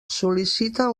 sol·licita